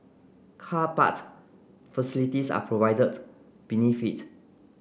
car part facilities are provided beneath it